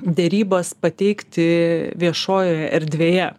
derybas pateikti viešojoje erdvėje